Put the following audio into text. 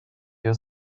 you